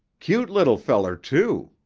cute little feller, too,